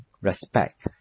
respect